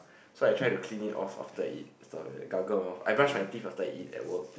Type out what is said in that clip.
so I try to clean it off after I eat stuff like that gargle lor I brush my teeth after I eat at work